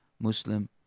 Muslim